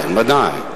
כן, ודאי.